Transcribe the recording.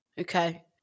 Okay